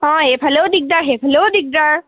অঁ এইফালেও দিগদাৰ সেইফালেও দিগদাৰ